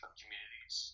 communities